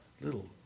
Little